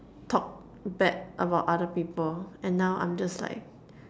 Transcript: talk bad about other people and now I'm just like